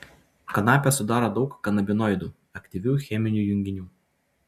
kanapę sudaro daug kanabinoidų aktyvių cheminių junginių